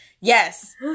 yes